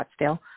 Scottsdale